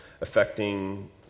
affecting